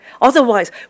Otherwise